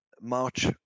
March